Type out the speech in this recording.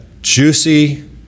juicy